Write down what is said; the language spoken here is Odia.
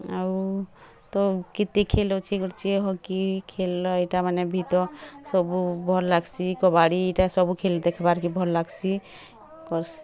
ଆଉ ତ କେତେ ଖେଳ ଅଛି ହକି ଖେଳ ଏଇଟା ମାନେ ବି ତ ସବୁ ଭଲ୍ ଲାଗ୍ସି କବାଡ଼ିଟା ସବୁ ଖେଳ ଦେଖିବାରେ ଭଲ୍ ଲାଗ୍ସି କର୍ସି